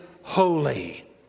holy